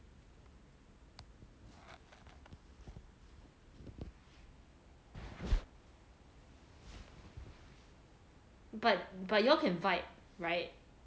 but but you all can fight right